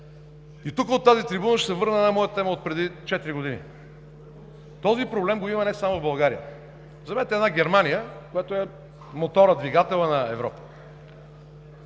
Тук, от тази трибуна, ще се върна на една моя тема отпреди 4 години. Този проблем го има не само в България. Вземете една Германия, която е моторът, двигателят на Европа.